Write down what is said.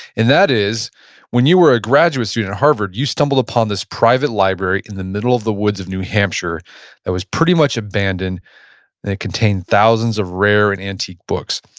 and that is when you were a graduate student at harvard, you stumbled upon this private library in the middle of the woods of new hampshire that was pretty much abandoned, and it contained thousands of rare and antique books.